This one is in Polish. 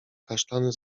kasztany